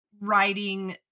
writing